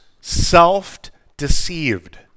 self-deceived